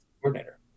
coordinator